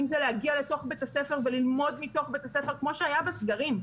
אם זה להגיע לתוך בית הספר וללמוד מתוך בית הספר כמו שהיה בסגרים.